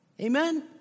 Amen